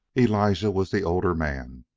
elijah was the older man,